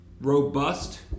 robust